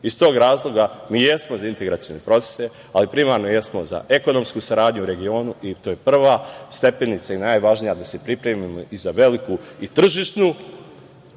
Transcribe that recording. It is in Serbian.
tog razloga, mi jesmo za integracione procese, ali primarno jesmo za ekonomsku saradnju u regionu i to je prva stepenica, najvažnija, da se pripremimo i za veliku tržišnu